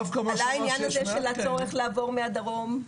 עלה העניין הזה של הצורך לעבור מהדרום לצפון.